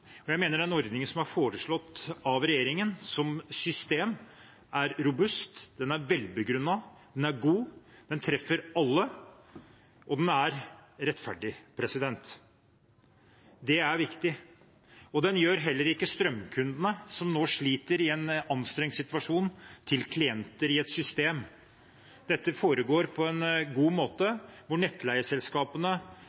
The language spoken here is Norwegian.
Jeg mener at den ordningen som er foreslått av regjeringen, som system, er robust, den er velbegrunnet, den er god, den treffer alle, og den er rettferdig. Det er viktig. Den gjør heller ikke strømkundene som nå sliter i en anstrengt situasjon, til klienter i et system. Dette foregår på en god måte,